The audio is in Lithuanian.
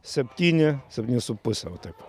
septyni septyni su puse va taip va